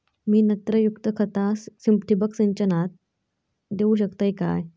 मी नत्रयुक्त खता ठिबक सिंचनातना देऊ शकतय काय?